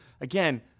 again –